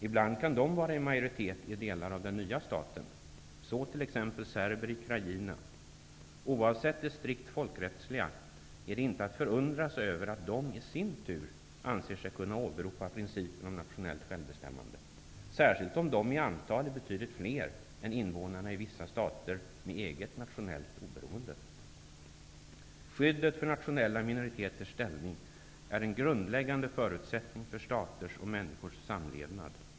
Ibland kan de vara i majoritet i delar av den nya staten. Så är det t.ex. med serberna i Krajina. Oavsett det strikt folkrättsliga, är det inte att förundra sig över att de i sin tur anser sig kunna åberopa principen om nationellt självbestämmande. Det gäller särskilt om de i antal är betydligt fler än invånarna i vissa stater med eget nationellt oberoende. Skyddet för nationella minoriteters ställning är en grundläggande förutsättning för staters och människors samlevnad.